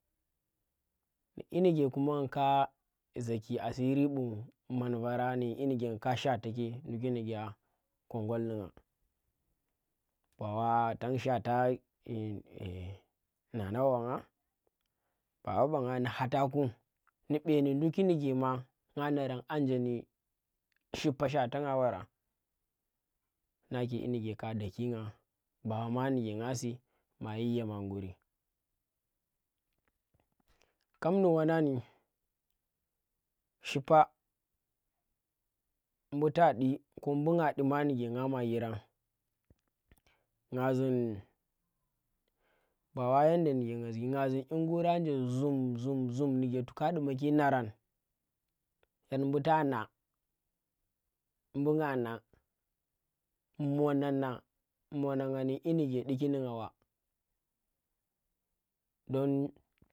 Dye nike kuma nga ka zaki asiri bu man vara ndi dye nike ngaka shwata ki nduki ndike a kongol ndu nga ba wa tang shwata nana bangan baba banga ndi hata ku ndi bendi nduki ndike ma nga narang anjendi shipa shwata nga wara. Nake dyi ndike ka daki ngah, ba manike ngasi ma yi yama ngurri kap ndi wannadi shipa, mbu ta di ko mbu ngah ɗi ko mbu nga di manike ngama yirang, nga zung bawa yenda ndike nga zuki ngah zun dyingur anje zhum zhum zhum ndike to ka ndumaki narang, yang mbu ta nah mbu nga nah, monagna monagna ndi dyi ndike diki nu nga ɓa don